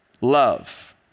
love